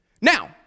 Now